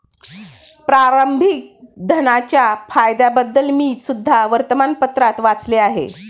प्रारंभिक धनाच्या फायद्यांबद्दल मी सुद्धा वर्तमानपत्रात वाचले आहे